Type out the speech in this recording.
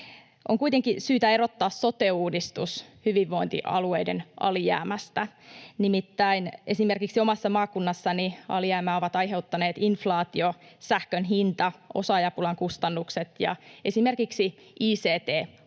On kuitenkin syytä erottaa sote-uudistus hyvinvointialueiden alijäämästä, nimittäin esimerkiksi omassa maakunnassani alijäämää ovat aiheuttaneet inflaatio, sähkön hinta, osaajapulan kustannukset ja esimerkiksi ict-hankinnat,